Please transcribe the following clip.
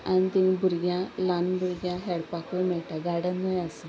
आनी तींग भुरग्यांक ल्हान भुरग्यां खेळपाकूय मेळटा गार्डनूय आसा